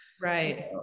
Right